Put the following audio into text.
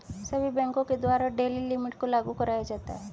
सभी बैंकों के द्वारा डेली लिमिट को लागू कराया जाता है